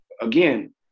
again